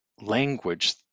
language